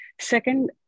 Second